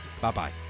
Bye-bye